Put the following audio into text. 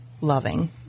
loving